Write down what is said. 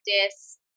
practice